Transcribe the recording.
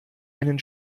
einen